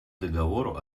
договору